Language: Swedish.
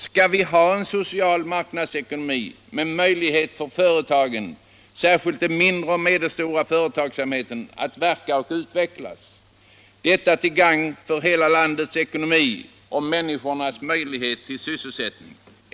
Skall vi ha en social marknadsekonomi med möjlighet för företagen, särskilt den mindre och medelstora företagsamheten, att verka och utvecklas, till gagn för hela landets ekonomi och människornas sysselsättning?